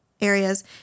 areas